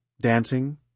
dancing